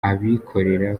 abikorera